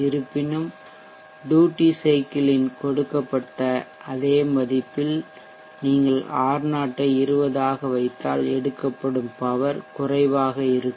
இருப்பினும் duty cycle இன் கொடுக்கப்பட்ட அதே மதிப்பில் நீங்கள் R0 ஐ 20 ஆக வைத்தால் எடுக்கப்படும் பவர் குறைவாக இருக்கும்